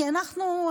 כי אנחנו,